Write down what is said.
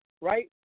Right